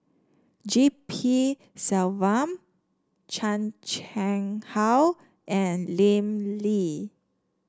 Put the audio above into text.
G P Selvam Chan Chang How and Lim Lee